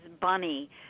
Bunny